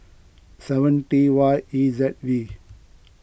seven T Y E Z V